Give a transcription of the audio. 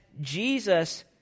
Jesus